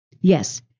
Yes